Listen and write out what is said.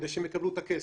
כדי שהם יקבלו את הכסף.